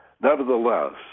Nevertheless